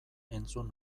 entzun